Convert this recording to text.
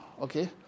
okay